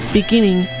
beginning